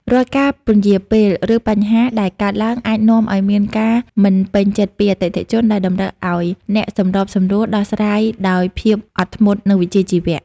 រាល់ការពន្យារពេល ឬបញ្ហាដែលកើតឡើងអាចនាំឱ្យមានការមិនពេញចិត្តពីអតិថិជន ដែលតម្រូវឱ្យអ្នកសម្របសម្រួលដោះស្រាយដោយភាពអត់ធ្មត់ និងវិជ្ជាជីវៈ។